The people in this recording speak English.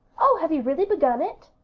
oh, have you really begun it?